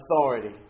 authority